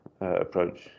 approach